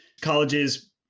colleges